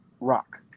rock